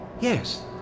Yes